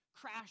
crash